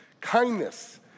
Kindness